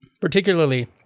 particularly